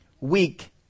weak